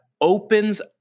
opens